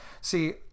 See